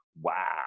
Wow